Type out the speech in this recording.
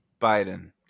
Biden